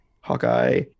Hawkeye